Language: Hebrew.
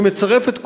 אני מצרף את קולי,